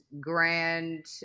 grand